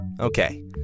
Okay